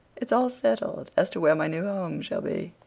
it's all settled as to where my new home shall be.